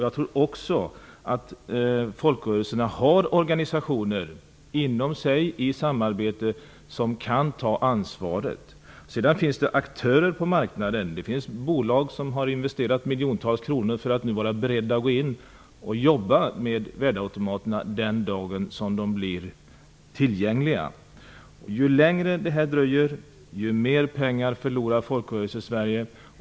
Jag tror också att folkrörelserna har organisationer inom sig eller i samarbete som kan ta ansvaret för detta. Sedan finns det aktörer på marknaden. Det finns bolag som har investerat miljontals kronor för att vara beredda att gå in och jobba med värdeautomaterna den dagen då de blir tillgängliga. Ju längre det dröjer desto mer pengar förlorar Folkrörelse-Sverige.